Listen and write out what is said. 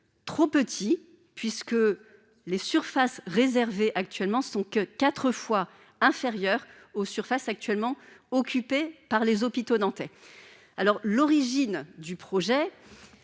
trop petit, puisque les surfaces réservées actuellement sont que 4 fois inférieur aux surfaces actuellement occupée par les hôpitaux nantais alors l'origine du projet